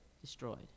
Destroyed